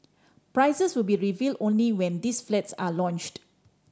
prices will be revealed only when these flats are launched